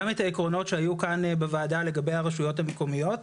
גם את העקרונות שהיו כאן בוועדה לגבי הרשויות המקומיות.